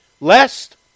Lest